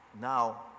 now